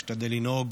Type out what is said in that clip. וכך אשתדל לנהוג